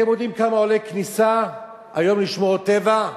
אתם יודעים כמה עולה כניסה היום לשמורת טבע?